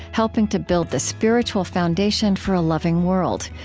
helping to build the spiritual foundation for a loving world.